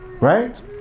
Right